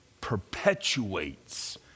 perpetuates